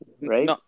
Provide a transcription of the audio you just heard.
Right